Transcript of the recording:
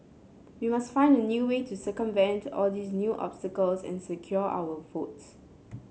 we must find a new way to circumvent all these new obstacles and secure our votes